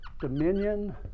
dominion